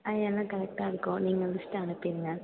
ஆ எல்லாம் கரெக்டாக இருக்கும் நீங்கள் லிஸ்ட்டு அனுப்பிருங்க